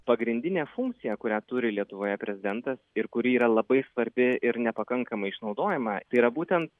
pagrindinė funkcija kurią turi lietuvoje prezidentas ir kuri yra labai svarbi ir nepakankamai išnaudojama tai yra būtent